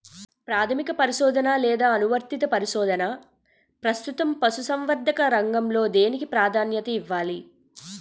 ప్రాథమిక పరిశోధన లేదా అనువర్తిత పరిశోధన? ప్రస్తుతం పశుసంవర్ధక రంగంలో దేనికి ప్రాధాన్యత ఇవ్వాలి?